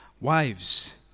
wives